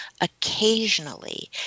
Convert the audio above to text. occasionally